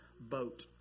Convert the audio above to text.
boat